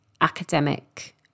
academic